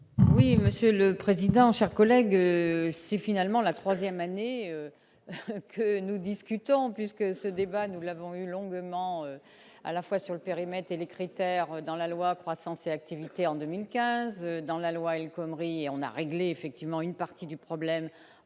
Oui, Monsieur le Président, chers collègues, c'est finalement la 3ème année que nous discutons puisque ce débat, nous l'avons eu longuement à la fois sur le périmètre et les critères dans la loi, croissance et activité en 2015 dans la loi El-Khomri on a réglé effectivement une partie du problème